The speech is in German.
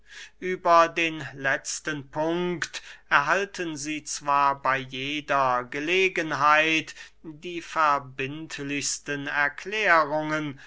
über den letzten punkt erhalten sie zwar bey jeder gelegenheit die verbindlichsten erklärungen